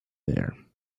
there